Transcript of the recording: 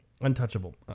Untouchable